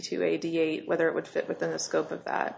to eighty eight whether it would fit within the scope of that